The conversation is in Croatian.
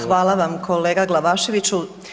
Hvala vam kolega Glavaševiću.